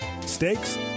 Steaks